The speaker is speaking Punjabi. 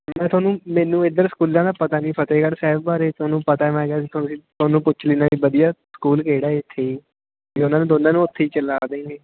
ਮੈਂ ਤੁਹਾਨੂੰ ਮੈਨੂੰ ਇੱਧਰ ਸਕੂਲਾਂ ਦਾ ਪਤਾ ਨਹੀਂ ਫਤਿਹਗੜ੍ਹ ਸਾਹਿਬ ਬਾਰੇ ਤੁਹਾਨੂੰ ਪਤਾ ਮੈਂ ਕਿਹਾ ਤੁਸੀਂ ਤੁਹਾਨੂੰ ਪੁੱਛ ਲੈਂਦਾ ਵਧੀਆ ਸਕੂਲ ਕਿਹੜਾ ਆ ਇੱਥੇ ਅਤੇ ਉਹਨਾਂ ਨੂੰ ਦੋਨਾਂ ਨੂੰ ਉੱਥੇ ਹੀ ਚਲਾ ਦੇਗੇ